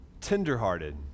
tenderhearted